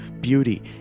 beauty